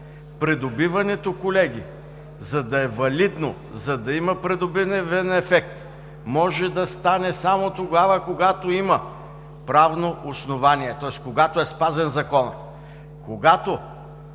Придобиването, колеги, за да е валидно, за да има придобивен ефект, може да стане само тогава, когато има правно основание, тоест когато е спазен Законът.